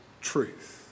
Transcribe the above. truth